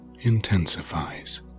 intensifies